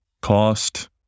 Cost